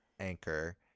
anchor